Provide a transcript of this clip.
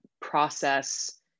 process